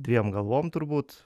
dviem galvom turbūt